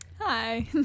Hi